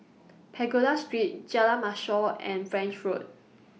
Pagoda Street Jalan Mashor and French Road